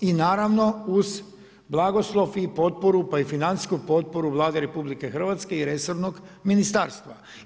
I naravno uz blagoslov i potporu pa i financijsku potporu Vlade RH i resornog ministarstva.